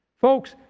Folks